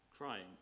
crying